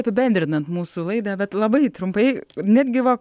apibendrinant mūsų laidą bet labai trumpai netgi va